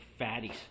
fatties